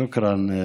תודה.) שוכרן.